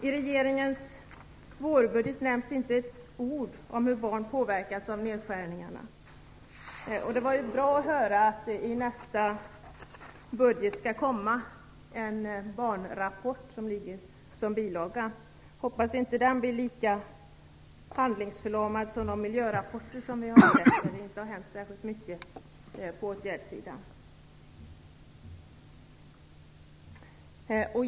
I regeringens vårbudget nämns inte ett ord om hur barnen påverkas av nedskärningarna. Det är bra att det i nästa budget skall komma en barnrapport som bilaga. Hoppas bara att den inte ger uttryck för samma handlingsförlamning som de miljörapporter som vi har sett och där det inte har hänt särskilt mycket på åtgärdssidan.